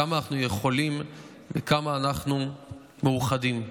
כמה אנחנו יכולים וכמה אנחנו מאוחדים.